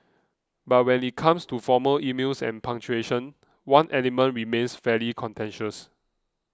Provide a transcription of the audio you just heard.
but when it comes to formal emails and punctuation one element remains fairly contentious